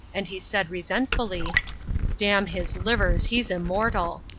and he said, resentfully damn his livers, he's immortal!